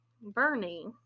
Bernie